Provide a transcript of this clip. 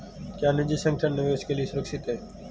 क्या निजी संगठन निवेश के लिए सुरक्षित हैं?